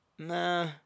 Nah